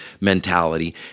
mentality